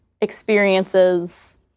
experiences